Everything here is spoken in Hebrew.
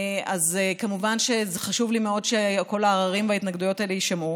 אז כמובן שחשוב לי מאוד שכל הערערים וההתנגדויות האלה יישמעו.